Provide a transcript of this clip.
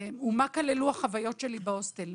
ומה כללו החוויות שלי בהוסטל?